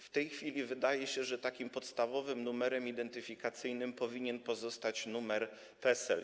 W tej chwili wydaje się, że takim podstawowym numerem identyfikacyjnym powinien pozostać numer PESEL.